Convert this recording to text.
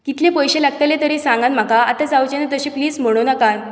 कितले पयशे लागतले ते तरी सांगां म्हाका आतां जावचे ना प्लीज म्हणू नाकात